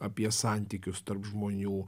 apie santykius tarp žmonių